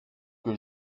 que